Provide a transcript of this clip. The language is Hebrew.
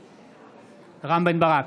נגד רם בן ברק,